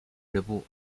俱乐部